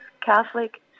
Catholic